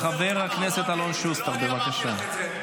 חבר הכנסת אלון שוסטר, בבקשה.